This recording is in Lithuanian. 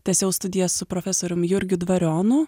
tęsiau studijas su profesorium jurgiu dvarionu